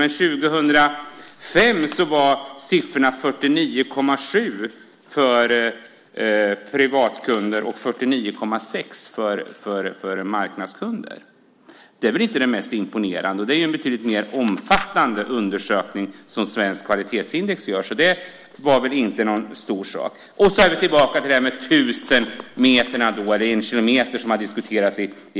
Men 2005 var siffrorna 49,7 för privatkunder och 49,6 för marknadskunder. Det är inte så imponerande, och Svenskt Kvalitetsindex undersökning är betydligt mer omfattande. Vi går tillbaka till de tusen meter, eller en kilometer, som har diskuterats.